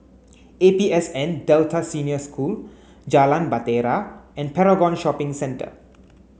A P S N Delta Senior School Jalan Bahtera and Paragon Shopping Centre